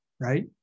right